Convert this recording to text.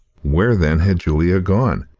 where, then, had julia gone?